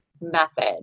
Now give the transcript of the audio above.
method